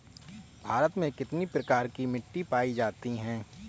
भारत में कितने प्रकार की मिट्टी पायी जाती है?